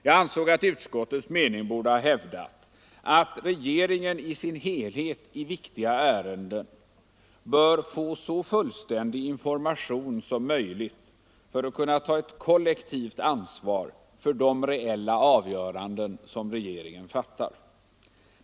Jag anser att utskottet bort anföra: ”Enligt utskottets mening bör regeringen i sin helhet i viktiga ärenden få så fullständig information som möjligt för att kunna ta ett kollektivt ansvar för de reella avgöranden som regeringen fattar.